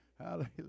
Hallelujah